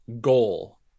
goal